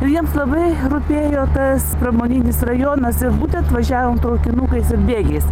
ir jiems labai rūpėjo tas pramoninis rajonas ir būtent važiavom traukinukais ir bėgiais